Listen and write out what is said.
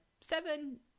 Seven